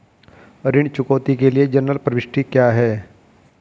ऋण चुकौती के लिए जनरल प्रविष्टि क्या है?